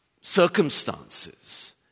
circumstances